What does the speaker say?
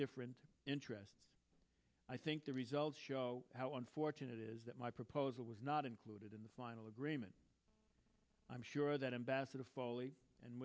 different interests i think the results show how unfortunate is that my proposal was not included in the final agreement i'm sure that a